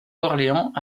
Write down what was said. orléans